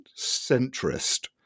centrist